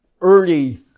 early